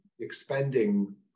expending